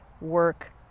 work